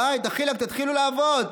די, דחילק, תתחילו לעבוד.